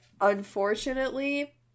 unfortunately